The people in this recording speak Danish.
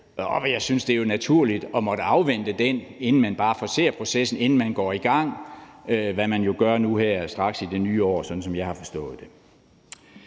Jeg synes, det er naturligt at afvente den, inden man bare forcerer processen, altså inden man går i gang, hvad man jo gør nu her straks i det nye år, sådan som jeg har forstået det.